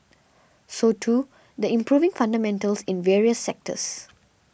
so too the improving fundamentals in various sectors